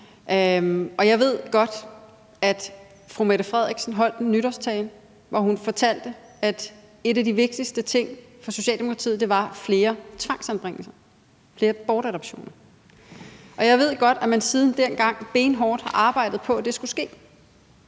Og jeg ved godt, at statsministeren holdt en nytårstale, hvor hun fortalte, at en af de vigtigste ting for Socialdemokratiet var flere tvangsanbringelser og flere bortadoptioner. Og jeg ved godt, at man siden dengang har arbejdet benhårdt på, at det skulle ske.